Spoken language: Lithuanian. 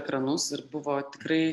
ekranus ir buvo tikrai